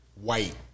white